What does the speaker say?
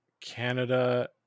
Canada